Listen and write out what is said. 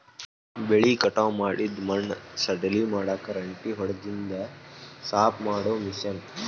ಬೆಳಿ ಕಟಾವ ಮಾಡಿಂದ ಮಣ್ಣ ಸಡಿಲ ಮಾಡಾಕ ರೆಂಟಿ ಹೊಡದಿಂದ ಸಾಪ ಮಾಡು ಮಿಷನ್